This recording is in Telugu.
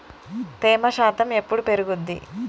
తేమ శాతం ఎప్పుడు పెరుగుద్ది?